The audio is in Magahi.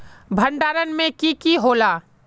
भण्डारण में की की होला?